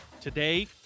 today